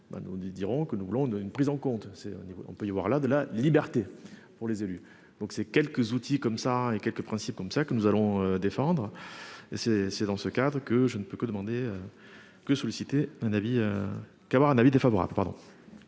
dit diront que nous voulons d'une prise en compte. C'est au niveau on peut y avoir là de la liberté pour les élus. Donc ces quelques outils comme ça et quelques principes comme ça que nous allons défendre et c'est, c'est dans ce cadre que je ne peux que demander. Que solliciter un avis. Qu'avoir un avis défavorable,